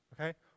Okay